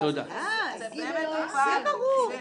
זה ברור.